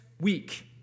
week